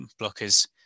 blockers